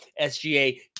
SGA